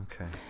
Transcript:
okay